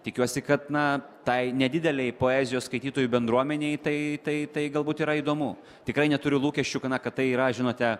tikiuosi kad na tai nedidelei poezijos skaitytojų bendruomenei tai tai tai galbūt yra įdomu tikrai neturiu lūkesčių gana kad tai yra žinote